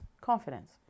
confidence